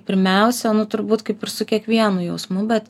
pirmiausia turbūt kaip ir su kiekvienu jausmu bet